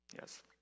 Yes